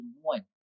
one